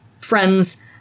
friends